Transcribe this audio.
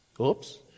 Oops